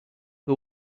who